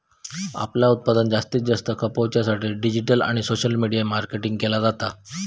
आपला उत्पादन जास्तीत जास्त खपवच्या साठी डिजिटल आणि सोशल मीडिया मार्केटिंग केला जाता